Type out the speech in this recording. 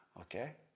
Okay